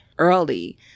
early